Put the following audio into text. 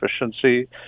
efficiency